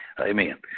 Amen